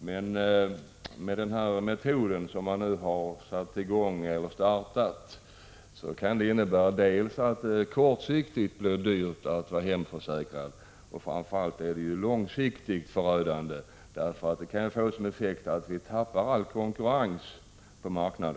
men den metod som man nu har börjat tillämpa kan dels kortsiktigt innebära att det blir dyrt att vara hemförsäkrad, dels och framför allt bli långsiktigt förödande, eftersom den kan få som effekt att marknaden tappar all konkurrens.